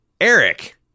Eric